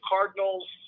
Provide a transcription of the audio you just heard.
Cardinals